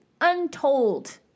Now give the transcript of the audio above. untold